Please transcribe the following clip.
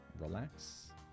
relax